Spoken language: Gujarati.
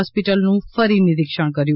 હોસ્પિટલનું ફરી નિરિક્ષણ કર્યું